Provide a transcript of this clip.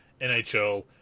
nhl